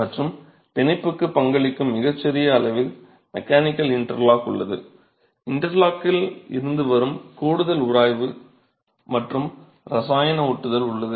மற்றும் பிணைப்புக்கு பங்களிக்கும் மிகச்சிறிய அளவில் மெக்கானிக்கல் இன்டர்லாக் உள்ளது இன்டர்லாக்கிங்கில் இருந்து வரும் கூடுதல் உராய்வு மற்றும் இரசாயன ஒட்டுதல் உள்ளது